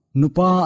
nupa